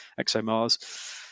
ExoMars